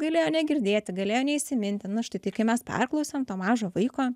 galėjo negirdėti galėjo neįsiminti na štai tai kai mes perklausiam to mažo vaiko